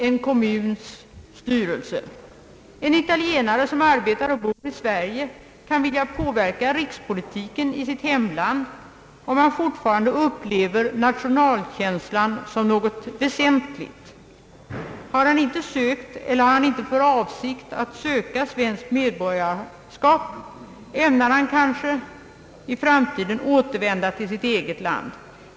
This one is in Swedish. En italienare som arbetar och bor i Sverige kan vilja påverka rikspolitiken i sitt hemland om han fortfarande upplever nationalkänslan som något väsentligt. Har han inte sökt eller har han inte för avsikt att söka svenskt medborgarskap, ämnar han kanske i framtiden återvända till sitt eget land.